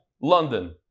London